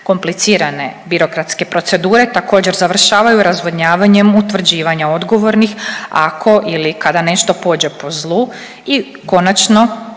Komplicirane birokratske procedure također završavaju razvodnjavanjem utvrđivanja odgovornih ako ili kada nešto pođe po zlu i konačno